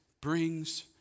brings